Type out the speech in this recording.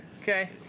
Okay